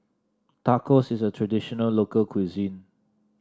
tacos is a traditional local cuisine